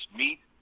meet